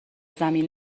زمین